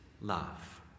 love